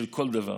של כל דבר,